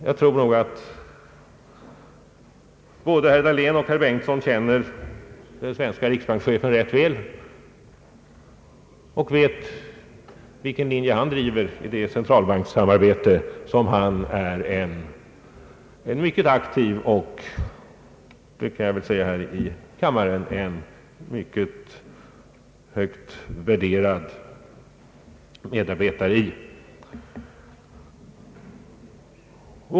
Jag tror att både herr Dahlén och herr Bengtson känner den svenske riksbankschefen rätt väl och vet vilken linje han driver i det centralbankssamarbete som han är en mycket aktiv och — det kan jag väl säga här i kammaren — en mycket högt värderad medarbetare i.